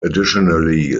additionally